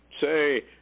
say